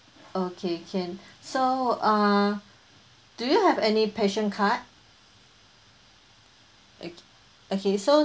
okay can so uh do you have any passion card okay okay so